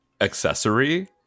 accessory